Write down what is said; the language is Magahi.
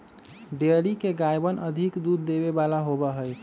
डेयरी के गायवन अधिक दूध देवे वाला होबा हई